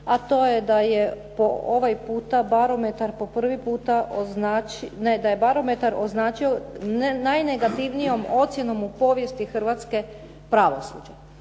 ne, da je barometar označio najnegativnijom ocjenom u povijesti hrvatskog pravosuđa.